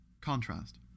contrast